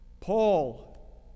Paul